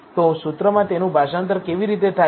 તો સૂત્રમાં તેનું ભાષાંતર કેવી રીતે થાય છે